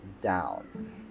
down